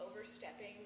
overstepping